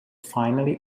finally